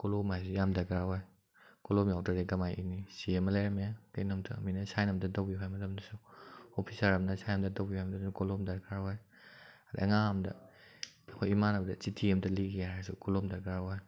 ꯀꯣꯂꯣꯝ ꯍꯥꯏꯕꯁꯤ ꯌꯥꯝ ꯗꯔꯀꯥꯔ ꯑꯣꯏ ꯀꯣꯂꯣꯝ ꯌꯥꯎꯗ꯭ꯔꯒꯗꯤ ꯀꯔꯝ ꯍꯥꯏ ꯏꯅꯤ ꯆꯦ ꯑꯃ ꯂꯩꯔꯝꯑꯦ ꯀꯩꯅꯣꯝꯇ ꯃꯤꯅ ꯁꯥꯏꯟ ꯑꯃꯇ ꯇꯧꯕꯤꯌꯨ ꯍꯥꯏ ꯃꯇꯝꯗꯁꯨ ꯑꯣꯐꯤꯁꯥꯔ ꯑꯃꯅ ꯁꯥꯏꯟ ꯑꯃꯇ ꯇꯧꯕꯤꯌꯨ ꯍꯥꯏꯕꯗꯁꯨ ꯀꯣꯂꯣꯝ ꯗꯔꯀꯥꯔ ꯑꯣꯏ ꯑꯗꯩ ꯑꯉꯥꯡ ꯑꯃꯗ ꯑꯩꯈꯣꯏ ꯏꯃꯥꯅꯕꯗ ꯆꯤꯊꯤ ꯑꯃꯇ ꯂꯤꯒꯦ ꯍꯥꯏꯔꯁꯨ ꯀꯣꯂꯣꯝ ꯗꯔꯀꯥꯔ ꯑꯣꯏ